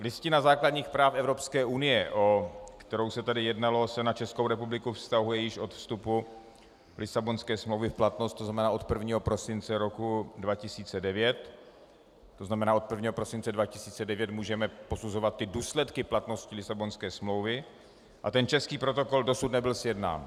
Listina základních práv Evropské unie, o kterou se tady jednalo, se na Českou republiku vztahuje již od vstupu Lisabonské smlouvy v platnost, to znamená od 1. prosince 2009, to znamená, že od 1. prosince 2009 můžeme posuzovat důsledky platnosti Lisabonské smlouvy, a ten český protokol dosud nebyl sjednán.